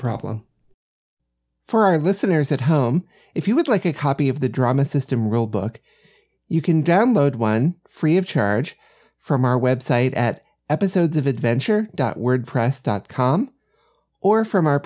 problem for our listeners at home if you would like a copy of the drama system rule book you can download one free of charge from our website at episodes of adventure dot wordpress dot com or from our